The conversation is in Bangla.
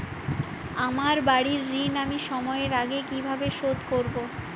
আমার বাড়ীর ঋণ আমি সময়ের আগেই কিভাবে শোধ করবো?